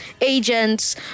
agents